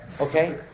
Okay